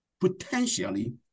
potentially